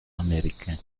américain